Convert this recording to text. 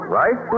right